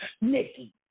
Nikki